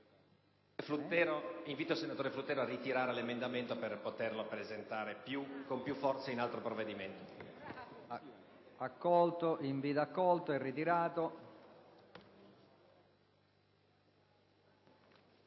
invito il senatore Fluttero a ritirare l'emendamento, per poterlo presentare, con più forza, con riferimento